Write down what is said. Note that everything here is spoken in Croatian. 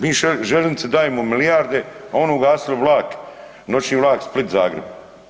Mi željeznici dajemo milijarde, a oni ugasili vlak, noćni vlak Split-Zagreb.